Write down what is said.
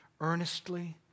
earnestly